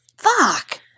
Fuck